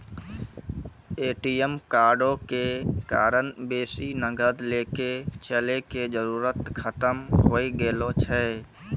ATM कार्डो के कारण बेसी नगद लैके चलै के जरुरत खतम होय गेलो छै